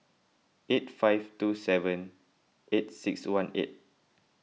eight five two seven eight six one eight